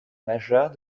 majeure